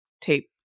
tape